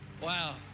Wow